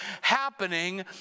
happening